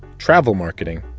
travel marketing,